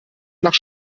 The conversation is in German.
nach